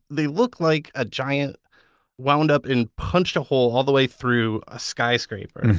they look like a giant wound up and punched a hole all the way through a skyscraper.